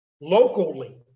locally